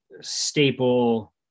staple